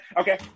Okay